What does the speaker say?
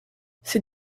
ces